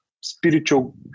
spiritual